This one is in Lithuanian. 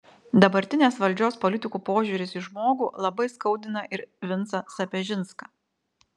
dabartinės valdžios politikų požiūris į žmogų labai skaudina ir vincą sapežinską